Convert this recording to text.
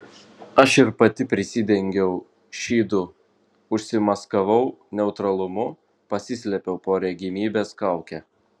aš ir pati prisidengiau šydu užsimaskavau neutralumu pasislėpiau po regimybės kauke